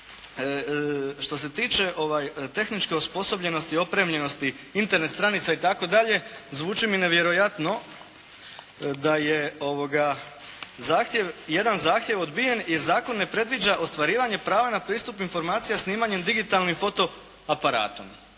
Što se tiče tehničke osposobljenosti i opremljenosti Internet stranica itd. zvuči mi nevjerojatno da je jedan zahtjev odbijen jer zakon ne predviđa ostvarivanje prava na pristup informacija snimanjem digitalnim fotoaparatom.